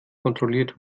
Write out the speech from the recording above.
kontrolliert